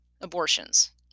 abortions